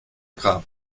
grab